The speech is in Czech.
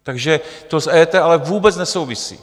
Takže to s EET ale vůbec nesouvisí.